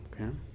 Okay